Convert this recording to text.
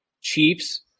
Chiefs